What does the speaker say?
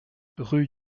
rue